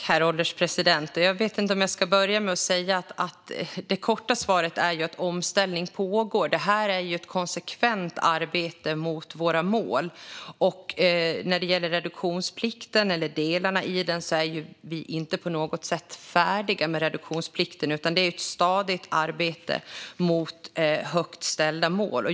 Herr ålderspresident! Det korta svaret är att omställning pågår. Det är ett konsekvent arbete mot våra mål. När det gäller delarna i reduktionsplikten är vi inte på något sätt färdiga, utan det är ett stadigt arbete mot högt ställda mål.